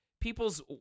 people's